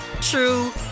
true